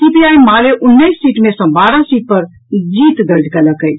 CPI माले उन्नैस seat मे सॅ बारह सीट पर जीत दर्ज कयलक अछि